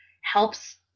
helps